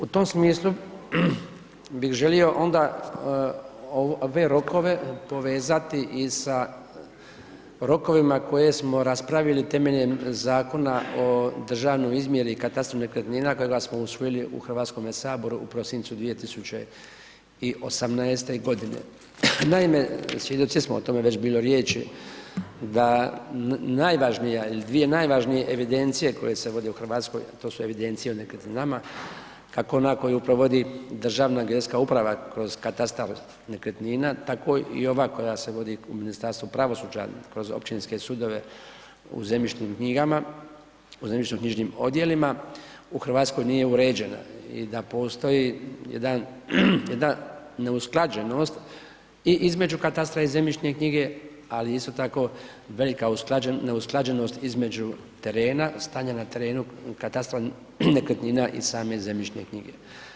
U tom smislu bit želio onda, ove rokove povezati sa rokovima koje smo raspravili temeljem Zakona o državnoj izmjeri i katastru nekretnina kojega smo usvojili u HS-u u prosincu 2018. g. Naime, svjedoci smo, o tome je već bilo riječi, da najvažnija ili dvije najvažnije evidencije koje se vode u Hrvatskoj, to su evidencije o nekretninama, kako onda koju provodi Državna geodetska uprava, kroz katastar nekretnina, tako i ova koja se vodi u Ministarstvu pravosuđa kroz općinske sudove u zemljišnim knjigama, u zemljišnoknjižnim odjelima, u Hrvatskoj nije uređena i da postoji jedna neusklađenost i između katastra i zemljišne knjige, ali isto tako velika neusklađenost između terena, stanja na terenu, katastrom nekretnina i same zemljišne knjige.